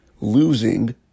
losing